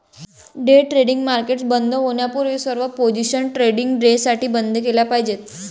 day trading market बंद होण्यापूर्वी सर्व पोझिशन्स ट्रेडिंग डेसाठी बंद केल्या पाहिजेत